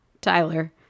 Tyler